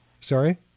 Sorry